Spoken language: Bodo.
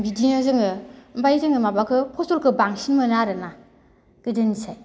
बिदिनो जोङो ओमफाय जोङो माबाखो फसलखौ बांसिन मोनो आरोना गोदोनिसाय